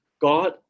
God